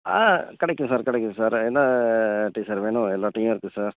ஆ கிடைக்கும் சார் கிடைக்கும் சார் என்ன டீ சார் வேணும் எல்லா டீயும் இருக்கு சார்